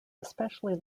especially